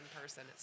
person